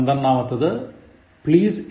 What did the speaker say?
Please excuse me